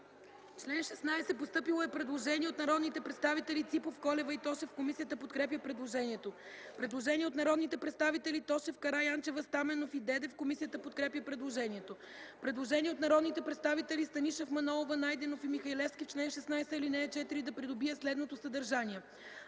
чл. 20 – предложение на народните представители Ципов, Колева и Тошев. Комисията подкрепя предложението. Предложение на народните представители Тошев, Караянчева, Стаменов и Дедев. Комисията подкрепя предложението. Предложение от народните представители Станишев, Манолова, Найденов и Михалевски: В чл. 20 се правят следните изменения